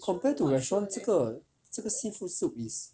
compared to restaurant 这个这个 seafood soup is